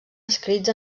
escrits